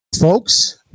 Folks